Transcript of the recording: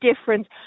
difference